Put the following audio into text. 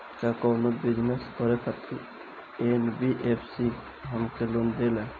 का कौनो बिजनस करे खातिर एन.बी.एफ.सी हमके लोन देला?